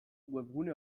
webgune